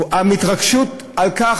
ההתרגשות על כך,